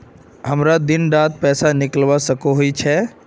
हमरा दिन डात पैसा निकलवा सकोही छै?